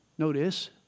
Notice